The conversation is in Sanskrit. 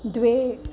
द्वे